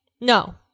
No